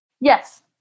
Yes